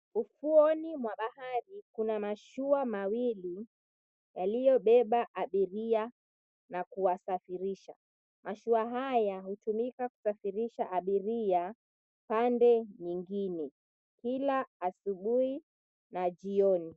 Ufuoni mwa bahari kuna mashua mawili yaliyobeba abiria na kuwasafirisha. Mashua haya hutumika kusafirisha abiria pande nyingine kila asubuhi na jioni.